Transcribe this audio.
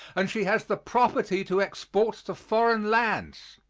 and she has the property to export to foreign lands.